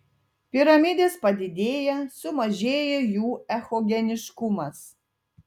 piramidės padidėja sumažėja jų echogeniškumas